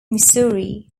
missouri